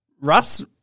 Russ –